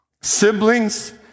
siblings